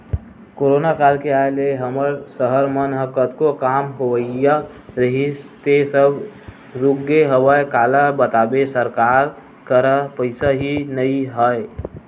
corona काल के आय ले हमर सहर मन म कतको काम होवइया रिहिस हे सब रुकगे हवय काला बताबे सरकार करा पइसा ही नइ ह